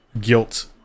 guilt